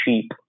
cheap